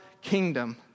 kingdom